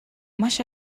маш